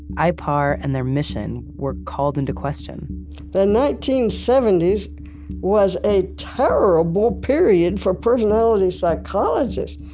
ipar and their mission were called into question the nineteen seventy s was a terrible period for personality psychologists.